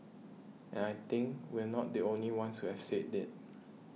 and I think we're not the only ones who have said it